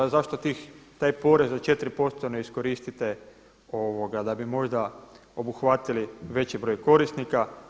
Zašto taj porez od 4% ne iskoristite da bi možda obuhvatili veći broj korisnika.